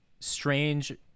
strange